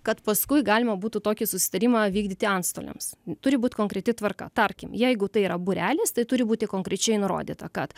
kad paskui galima būtų tokį susitarimą vykdyti antstoliams turi būt konkreti tvarka tarkim jeigu tai yra būrelis tai turi būti konkrečiai nurodyta kad